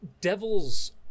devils